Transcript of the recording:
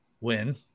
win